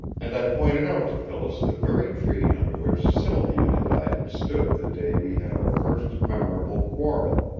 and i pointed out to phyllis the very tree under which sylvia and i had stood the day we had our first memorable quarrel,